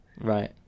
Right